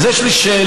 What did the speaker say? אז יש לי שאלה,